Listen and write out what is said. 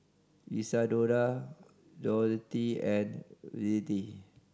Isadora Dorothea and Reilly